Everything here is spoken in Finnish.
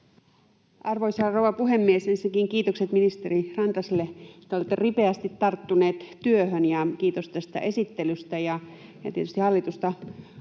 Arvoisa rouva puhemies! Ensinnäkin kiitokset ministeri Rantaselle. Te olette ripeästi tarttunut työhön. Kiitos tästä esittelystä. Tietysti myös hallitusta